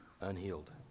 unhealed